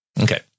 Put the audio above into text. Okay